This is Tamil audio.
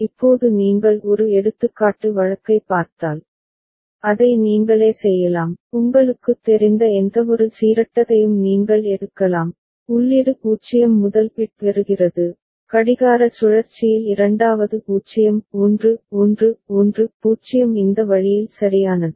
இப்போது நீங்கள் ஒரு எடுத்துக்காட்டு வழக்கைப் பார்த்தால் அதை நீங்களே செய்யலாம் உங்களுக்குத் தெரிந்த எந்தவொரு சீரற்றதையும் நீங்கள் எடுக்கலாம் உள்ளீடு 0 முதல் பிட் பெறுகிறது கடிகார சுழற்சியில் இரண்டாவது 0 1 1 1 0 இந்த வழியில் சரியானது